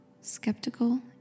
skeptical